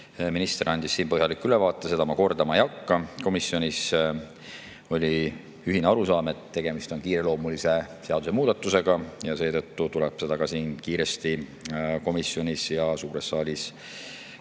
Minister andis siin põhjaliku ülevaate, seda ma kordama ei hakka. Komisjonis oli ühine arusaam, et tegemist on kiireloomulise seadusemuudatusega ja seetõttu tuleb seda kiiresti nii komisjonis kui ka suures saalis